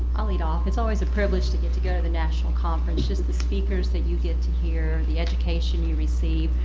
i'll lead off. it's always a privilege to get to go to the national conference. just the speakers you get to hear. the education you receive.